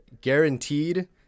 guaranteed